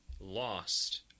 lost